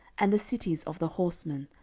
and the cities of the horsemen,